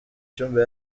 cyumba